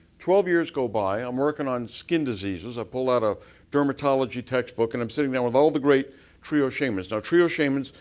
twelve years go by. i'm working on skin diseases. i pull out a dermatology textbook and i'm sitting there with all the great trios shayman's. now trio shaymans,